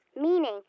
meaning